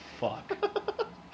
fuck